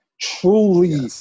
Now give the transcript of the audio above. truly